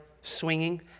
swinging